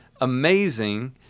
amazing